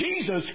Jesus